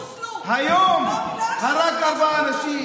מחבלים חוסלו כי פגעו בחיילי